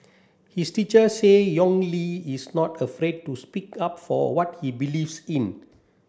his teacher say Yong Li is not afraid to speak up for what he believes in